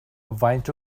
faint